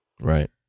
Right